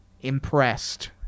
impressed